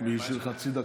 בשביל חצי דקה.